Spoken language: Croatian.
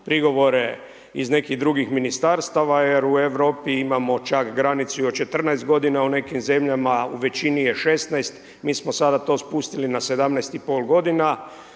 iz nekih drugih ministarstava, jer u Europi imamo čak granicu i od 14 godina u nekim zemljama u većini je 16. Mi smo sada to spustili na 17,5 godina.